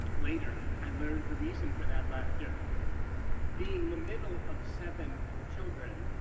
later, i learned the reason for that laughter, being the middle of seven children,